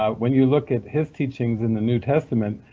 ah when you look at his teachings in the new testament,